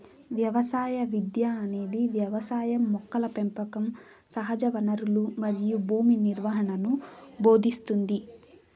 వ్యవసాయ విద్య అనేది వ్యవసాయం మొక్కల పెంపకం సహజవనరులు మరియు భూమి నిర్వహణను భోదింస్తుంది